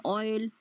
oil